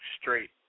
straight